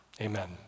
Amen